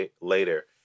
later